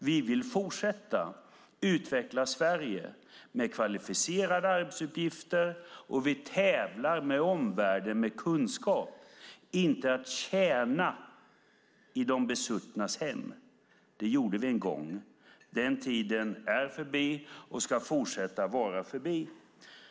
Vi vill fortsätta utveckla Sverige med kvalificerade arbetsuppgifter, där vi tävlar med omvärlden med kunskap och inte med att tjäna i de besuttnas hem. Det gjorde vi en gång; den tiden är förbi och ska fortsätta vara förbi.